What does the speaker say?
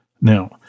Now